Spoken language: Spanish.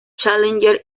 challenger